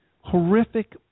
horrific